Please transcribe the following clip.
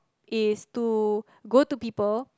is to go to people